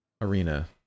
Arena